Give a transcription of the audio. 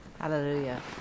Hallelujah